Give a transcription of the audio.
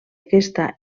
aquesta